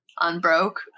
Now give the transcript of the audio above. unbroke